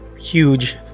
huge